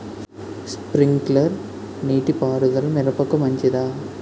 Sprinkler నీటిపారుదల మిరపకు మంచిదా?